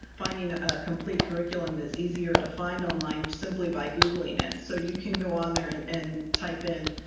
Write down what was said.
finding a complete curriculum is easier to find online simply by googling it. so you can go on there and type in.